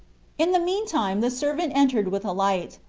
in the meantime the servant entered with a light,